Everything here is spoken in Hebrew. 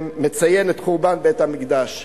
שמציין את חורבן בית-המקדש.